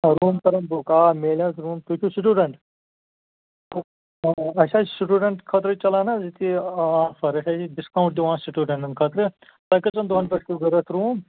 آ روٗم کَرُن بُک آ میلہِ حظ روٗم تُہۍ چھُو سِٹوٗڈنٛٹ اَسہِ حظ چھُ سِٹوٗڈنٛٹَن خٲطرٕ چَلان حظ ییٚتہِ آفَر ییٚتہِ حظ چھِ ڈِسکاوُنٛٹ دِوان سِٹوٗڈنٛٹن خٲطرٕ تۄہہِ کٔژَن دۄہَن پیٚٹھ چھُو ضروٗرت روٗم